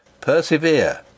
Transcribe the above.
Persevere